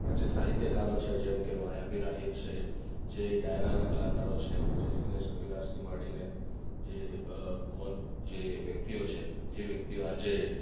આજે સાહિત્યકારો છે જેમકે માયા ભીર આહિર છે જે ડાયરાના કલાકારો છે કે જે જીગ્નેશ કવિરાજથી માંડીને જે ભુવન જે વ્યક્તિઓ છે જે વ્યક્તિઓ આજે